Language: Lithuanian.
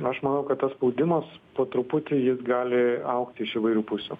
aš manau kad tas spaudimas po truputį jis gali augti iš įvairių pusių